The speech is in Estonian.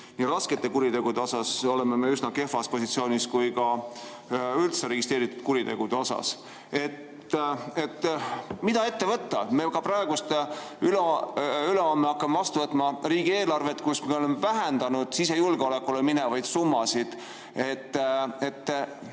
raskete kuritegude osas üsna kehvas positsioonis ja ka üldse registreeritud kuritegude osas. Mida ette võtta? Me ülehomme hakkame vastu võtma riigieelarvet, kus me oleme vähendanud sisejulgeolekule minevaid summasid.